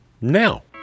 now